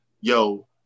Yo